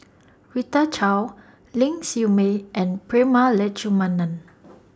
Rita Chao Ling Siew May and Prema Letchumanan